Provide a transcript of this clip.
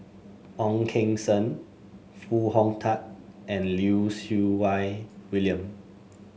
Ong Keng Sen Foo Hong Tatt and Lim Siew Wai William